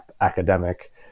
academic